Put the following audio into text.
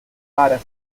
dare